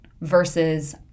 versus